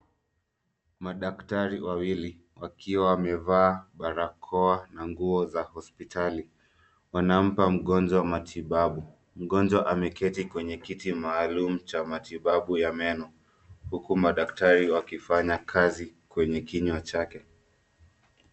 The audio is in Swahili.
Madaktari wawili, wakiwa wamevaa barakoa na nguo za hospitali. Wanampa mgonjwa matibabu. Mgonjwa ameketi kwenye kiti maalumu cha matibabu ya meno, huku madaktari wakifanya kazi kwenye kinywa chake.